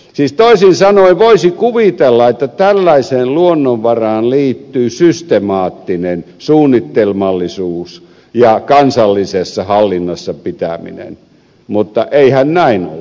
siis toisin sanoen voisi kuvitella että tällaiseen luonnonvaraan liittyy systemaattinen suunnitelmallisuus ja kansallisessa hallinnassa pitäminen mutta eihän näin ole